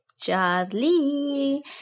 Charlie